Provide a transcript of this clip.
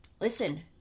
Listen